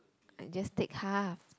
I just take half